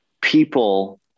people